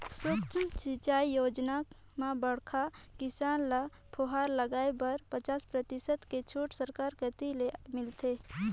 सुक्ष्म सिंचई योजना म बड़खा किसान ल फुहरा लगाए बर पचास परतिसत के छूट सरकार कति ले मिलथे